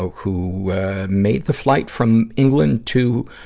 ah who made the flight from england to,